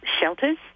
shelters